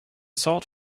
salt